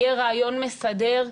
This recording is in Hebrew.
יהיה רעיון מסדר,